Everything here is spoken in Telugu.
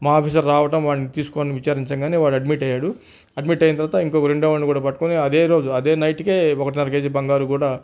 మా ఆఫీసర్ రావడం వాడిని తీసుకొని విచారించం గానే వాడు అడ్మిట్ అయ్యాడు అడ్మిట్ అయిన తర్వాత ఇంకో రెండో వాడిని కూడా పట్టుకుని అదే రోజు అదే నైట్కే ఒకటిన్నర కేజీ బంగారం కూడా